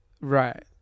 Right